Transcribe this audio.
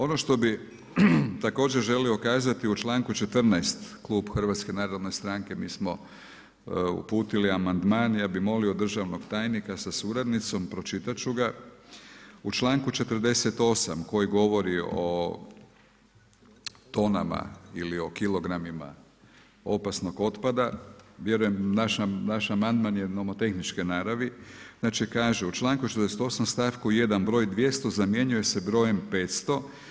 Ono što bih također želio kazati u članku 14. klub HNS-a mi smo uputili amandman i ja bih molio državnog tajnika sa suradnicom, pročitati ću ga, u članku 48. koji govori o tonama ili o kilogramima opasnog otpada, vjerujem naš amandman je nomotehničke naravi, znači kaže, u članku 68. stavku 1. broj 200 zamjenjuje se brojem 500.